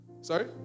Sorry